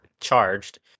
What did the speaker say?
charged